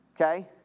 Okay